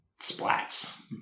splats